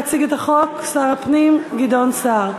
יציג את הצעת החוק שר הפנים גדעון סער.